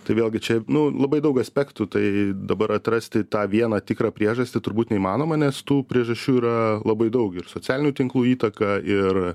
tai vėlgi čia nu labai daug aspektų tai dabar atrasti tą vieną tikrą priežastį turbūt įmanoma nes tų priežasčių yra labai daug ir socialinių tinklų įtaka ir